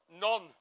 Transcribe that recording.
None